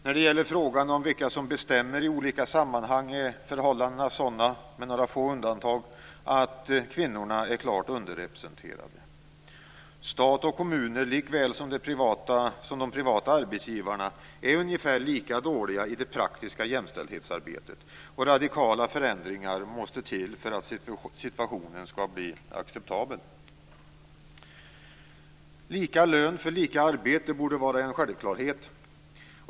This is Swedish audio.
När det gäller frågan om vilka som bestämmer i olika sammanhang är förhållandena med några få undantag sådana, att kvinnorna är klart underrepresenterade. Stat och kommuner, likväl som de privata arbetsgivarna, är ungefär lika dåliga i det praktiska jämställdhetsarbetet. Radikala förändringar måste till för att situationen skall bli acceptabel. Lika lön för lika arbete borde vara en självklarhet.